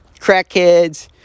Crackheads